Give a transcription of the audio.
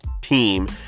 team